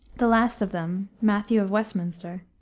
the last of them, matthew of westminster,